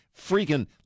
freaking